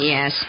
Yes